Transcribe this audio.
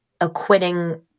acquitting